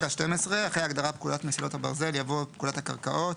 אחרי ההגדרה "פקודת מסילות הברזל" יבוא: ""פקודת הקרקעות"